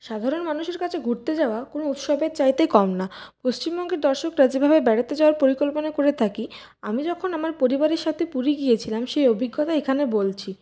সাধারণ মানুষের কাছে ঘুরতে যাওয়া কোনও উৎসবের চাইতে কম না পশ্চিমবঙ্গের দর্শকরা যেভাবে বেড়াতে যাওয়ার পরিকল্পনা করে থাকি আমি যখন আমার পরিবারের সাথে পুরী গিয়েছিলাম সেই অভিজ্ঞতা এখানে বলছি